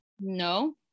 No